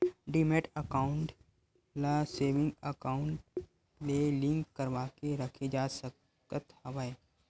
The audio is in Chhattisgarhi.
डीमैट अकाउंड ल सेविंग अकाउंक ले लिंक करवाके रखे जा सकत हवय